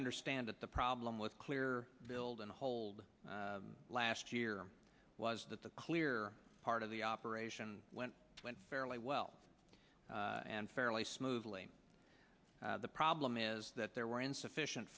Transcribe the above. understand it the problem with clear build and hold last year was that the clear part of the operation went fairly well and fairly smoothly the problem is that there were insufficient